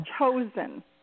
chosen